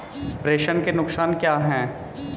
प्रेषण के नुकसान क्या हैं?